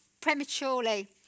prematurely